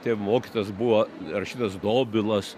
tėvo mokytojas buvo rašytojas dobilas